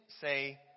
say